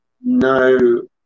no